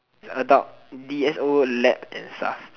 adult d_s_o lab and stuff